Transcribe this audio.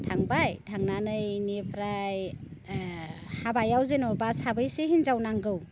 थांबाय थांनानै बेनिफ्राय हाबायाव जेनेबा साबैसे हिन्जाव नांगौ